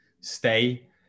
stay